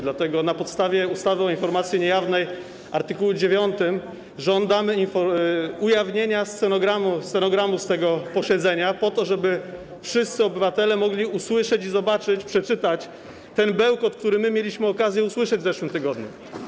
Dlatego na podstawie ustawy o informacji niejawnej, art. 9, żądamy ujawnienia stenogramu z tego posiedzenia po to, żeby wszyscy obywatele mogli usłyszeć i zobaczyć, przeczytać ten bełkot, który mieliśmy okazję usłyszeć w zeszłym tygodniu.